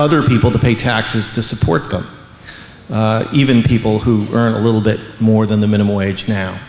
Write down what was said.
other people to pay taxes to support them even people who earn a little bit more than the minimum wage now